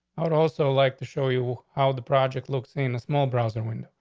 i would also like to show you how the project looks saying a small browser window.